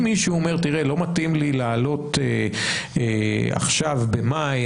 אם מישהו אומר שלא מתאים לו לעלות עכשיו במאי,